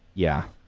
yeah.